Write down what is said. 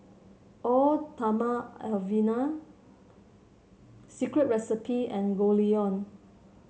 Eau Thermale Avene Secret Recipe and Goldlion